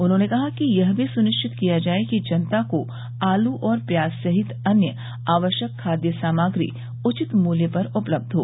उन्होंने कहा कि यह भी सुनिश्चित किया जाये कि जनता को आलू और प्याज सहित अन्य आवश्यक खादय सामग्री उचित मुल्य पर उपलब्ध हो